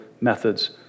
methods